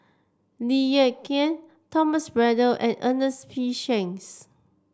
Lee Ek Tieng Thomas Braddell and Ernest P Shanks